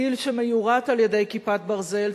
טיל שמיורט על-ידי "כיפת ברזל",